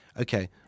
Okay